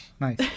Nice